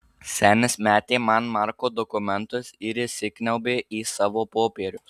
senis metė man marko dokumentus ir įsikniaubė į savo popierius